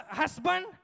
husband